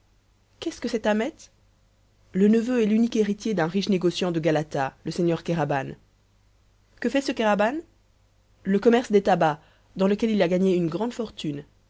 qu'est-ce que cet ahmet le neveu et l'unique héritier d'un riche négociant de galata le seigneur kéraban que fait ce kéraban le commerce des tabacs dans lequel il a gagné une grande fortune